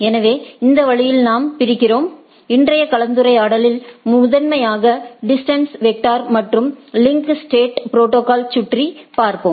எனவே இந்த வழியில் நாம் பிரிக்கிறோம் இன்றைய கலந்துரையாடல் முதன்மையாக டிஸ்டன்ஸ் வெக்டர் மற்றும் லிங்க் ஸ்டேட் ப்ரோடோகாலை சுற்றியே இருக்கும்